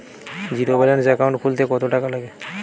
Zero balance account খুলতে কত টাকা লাগে?